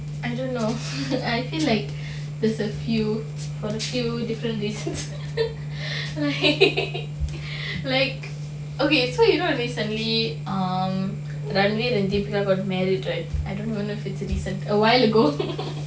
I don't know I feel like there's a few a few different faces like okay so you know recently um ranveer and deepika got married right I don't know if it's recent a while ago